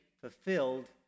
fulfilled